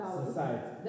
society